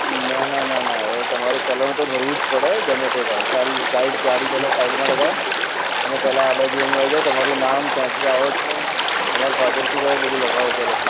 ના ના ના ના ના એ તમારે ચલણ તો ભરવું જ પડે ગમે તે થાય સાઇડ ગાડી પહેલાં સાઇડમાં લગાવો અને પહેલાં આ બાજુ અહીં આવી જાવ તમારું નામ ક્યાંથી આવો છો તમાર ફાધર શું કરે બધું લખાવો ચલો